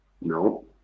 No